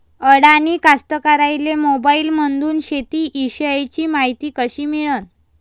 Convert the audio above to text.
अडानी कास्तकाराइले मोबाईलमंदून शेती इषयीची मायती कशी मिळन?